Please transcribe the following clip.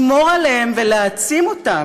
לשמור עליהם ולהעצים אותם,